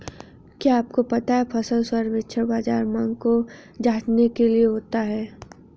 क्या आपको पता है फसल सर्वेक्षण बाज़ार मांग को जांचने के लिए होता है?